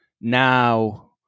now